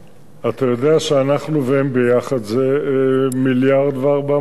אתה יודע שאנחנו והם ביחד זה 1.4 מיליארד.